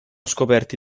scoperti